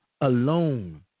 alone